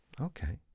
Okay